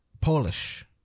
Polish